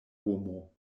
homo